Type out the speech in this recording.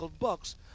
bucks